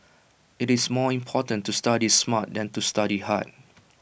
IT is more important to study smart than to study hard